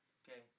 okay